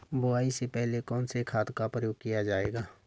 बुआई से पहले कौन से खाद का प्रयोग किया जायेगा?